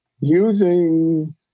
using